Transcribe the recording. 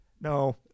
No